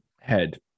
head